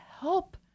help